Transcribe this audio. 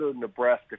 Nebraska